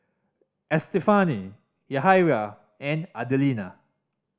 Estefany Yahaira and Adelina